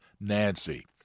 Nancy